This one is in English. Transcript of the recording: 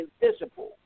invisible